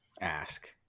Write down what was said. ask